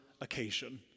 occasion